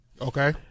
Okay